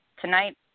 Tonight